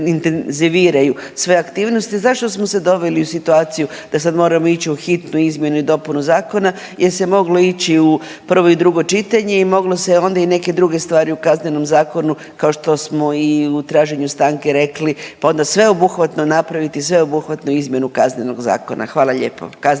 sve aktivnosti, zašto smo se doveli u situaciju da sad moramo ići u hitnu izmjenu i dopunu zakona jel se moglo ići u prvo i drugo čitanje i moglo se je onda i neke druge stvari u Kaznenom zakonu kao što smo i u traženju stanke rekli, pa onda sveobuhvatno napraviti i sveobuhvatnu izmjenu Kaznenog zakona, hvala lijepo,